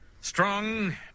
Strong